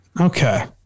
Okay